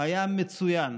היה מצוין.